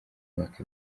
mwaka